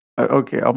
okay